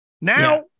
Now